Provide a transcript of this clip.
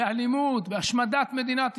באלימות, בהשמדת מדינת ישראל,